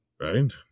Right